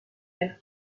and